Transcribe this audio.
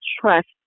trust